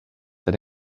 that